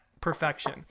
perfection